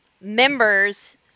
members